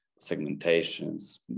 segmentations